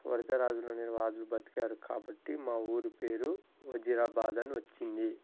వరిజ రాజులు అనే రాజులు బ్రతికారు కాబట్టి మా ఊరి పేరు వజీరాబాద్ అని వచ్చింది